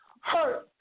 Hurt